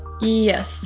yes